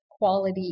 quality